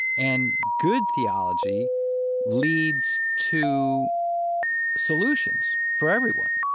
and good theology leads to solutions for everyone.